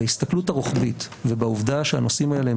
בהסתכלות הרוחבית ובעובדה שהנושאים האלה הם